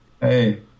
Hey